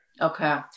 Okay